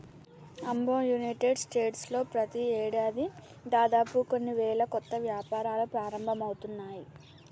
అమ్మో United States లో ప్రతి ఏడాది దాదాపు కొన్ని వేల కొత్త వ్యాపారాలు ప్రారంభమవుతున్నాయి